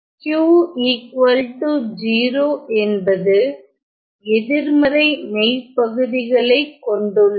Q 0 என்பது எதிர்மறை மெய்பகுதிகளை கொண்டுள்ளது